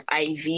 IV